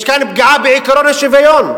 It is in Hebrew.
יש כאן פגיעה בעקרון השוויון.